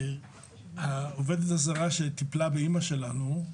העובדת הזרה שטיפלה באמא שלנו,